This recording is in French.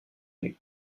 nuit